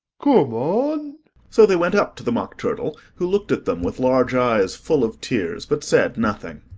come on so they went up to the mock turtle, who looked at them with large eyes full of tears, but said nothing.